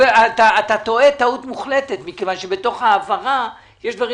אתה טועה טעות מוחלטת מכיוון שבתוך ההעברה יש דברים